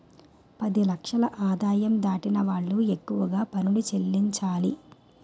పది లక్షల ఆదాయం దాటిన వాళ్లు ఎక్కువగా పనులు చెల్లించాలి